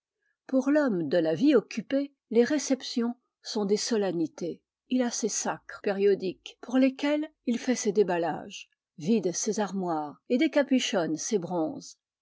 pour l'homme de la vie occupée les réceptions sont des solennités il a ses sacres périodiques pour lesquels il fait ses déballages vide ses armoires et décapuchonne ses bronzes